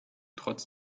trotz